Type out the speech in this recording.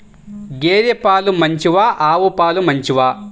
గేద పాలు మంచివా ఆవు పాలు మంచివా?